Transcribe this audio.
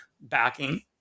backing